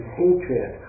hatred